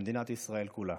ולמדינת ישראל כולה.